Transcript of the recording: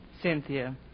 Cynthia